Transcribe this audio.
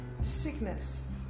sickness